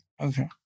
Okay